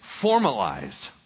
formalized